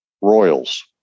royals